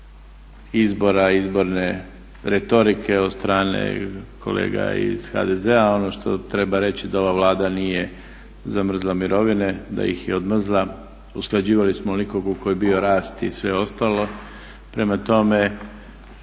izbora, izborne retorike od strane kolega iz HDZ-a. Ono što treba reći je da ova Vlada nije zamrzla mirovine da ih je odmrzla. Usklađivali smo onoliko koliko je bio rast i sve ostalo. Prema tome,